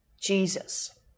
Jesus